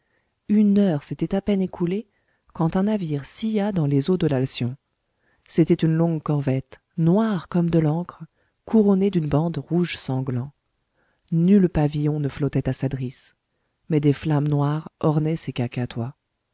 une heure s'était à peine écoulée quand un navire silla dans les eaux de l'alcyon c'était une longue corvette noire comme de l'encre couronnée d'une bande rouge sanglant nul pavillon ne flottait à sa drisse mais des flammes noires ornaient ses cacatois